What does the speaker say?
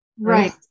Right